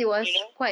you know